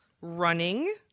Running